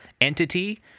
entity